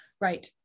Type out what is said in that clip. Right